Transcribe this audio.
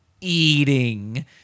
eating